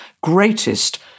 greatest